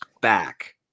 back